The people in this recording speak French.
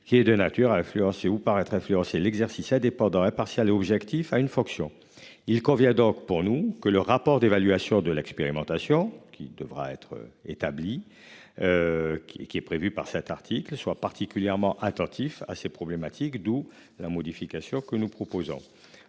qui est de nature à l'affluence est ou paraître influencer l'exercice indépendant impartial et objectif, a une fonction, il convient donc pour nous, que le rapport d'évaluation de l'expérimentation, qui devra être établie. Qui qui est prévu par cet article soient particulièrement attentifs à ces problématiques. D'où la modification que nous proposons.